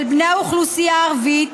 של בני האוכלוסייה הערבית,